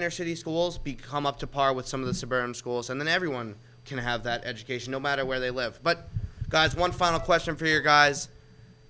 inner city schools become up to par with some of the suburban schools and then everyone can have that education no matter where they left but guys one final question for you guys